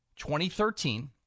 2013